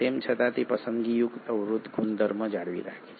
તેમ છતાં તે પસંદગીયુક્ત અવરોધ ગુણધર્મ જાળવી રાખે છે